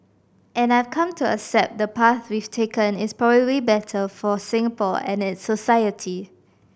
and I have come to accept the path we've taken is probably better for Singapore and its society